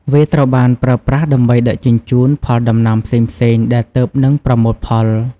វាត្រូវបានប្រើប្រាស់ដើម្បីដឹកជញ្ជូនផលដំណាំផ្សេងៗដែលទើបនឹងប្រមូលផល។